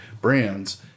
brands